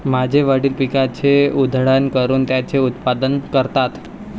माझे वडील पिकाची उधळण करून त्याचे उत्पादन करतात